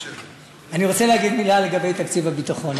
אני רוצה להגיד מילה לגבי תקציב הביטחון,